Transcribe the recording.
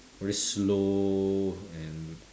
very slow and